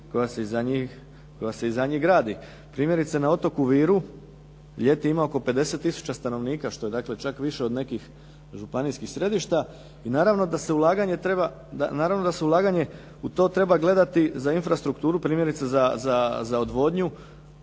koja se i za njih gradi. Primjerice na otoku Viru ljeti ima oko 50000 stanovnika što je dakle čak više od nekih županijskih središta i naravno da se ulaganje u to treba gledati za infrastrukturu primjerice za odvodnju